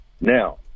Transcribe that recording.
Now